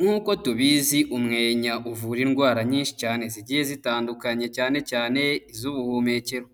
nk'uko tubizi umwenya uvura indwara nyinshi cyane zigiye zitandukanye cyane cyane iz'ubuhumekero.